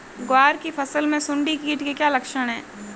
ग्वार की फसल में सुंडी कीट के क्या लक्षण है?